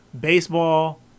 baseball